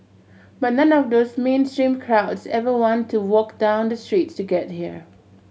but none of those mainstream crowds ever want to walk down the street to get here